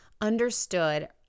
understood